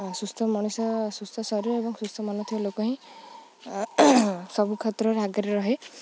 ସୁସ୍ଥ ମଣିଷ ସୁସ୍ଥ ଶରୀର ଏବଂ ସୁସ୍ଥ ମନଥିବା ଲୋକ ହିଁ ସବୁ କ୍ଷେତ୍ରରେ ଆଗରେ ରହେ